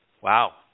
Wow